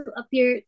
appear